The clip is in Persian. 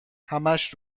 همش